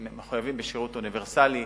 הם מחויבים בשירות אוניברסלי.